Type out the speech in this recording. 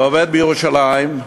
ועובד בירושלים,